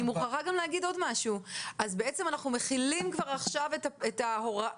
אני מוכרחה להגיד עוד משהו: בעצם אנחנו מחילים כבר עכשיו את ההוראה,